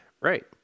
Right